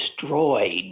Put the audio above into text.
destroyed